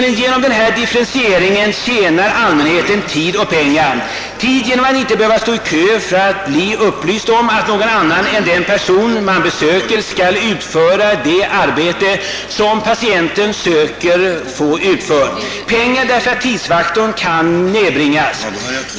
Genom denna differentiering tjänar allmänheten tid och pengar; tid genom att inte behöva stå i kö för att bli upplyst om att någon annan än den patienten besöker skall utföra det arbete som han behöver få gjort, pengar därför att tidsfaktorn kan nedbringas.